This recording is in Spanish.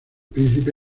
príncipe